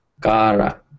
kara